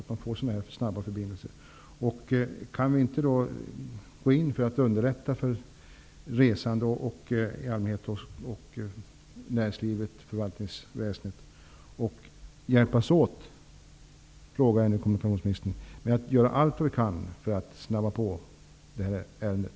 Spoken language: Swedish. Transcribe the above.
att det blir snabba förbindelser. Kan vi då inte gå in för att underlätta för resande i allmänhet samt för näringslivet och förvaltningsväsendet genom att gemensamt göra allt vi kan för att snabba på det här ärendet?